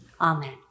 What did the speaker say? Amen